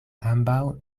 ambaŭ